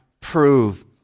prove